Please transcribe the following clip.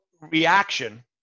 reaction